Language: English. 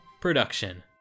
production